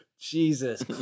Jesus